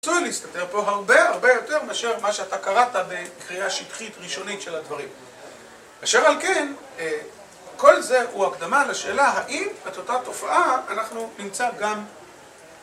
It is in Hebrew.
ניסוי להסתתר פה הרבה, הרבה יותר מאשר מה שאתה קראת בקריאה שטחית ראשונית של הדברים אשר על כן, כל זה הוא הקדמה לשאלה האם את אותה תופעה אנחנו נמצא גם